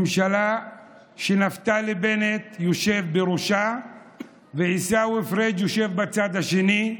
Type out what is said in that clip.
ממשלה שנפתלי בנט יושב בראשה ועיסאווי פריג' יושב בצד השני,